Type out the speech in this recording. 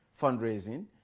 fundraising